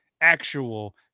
actual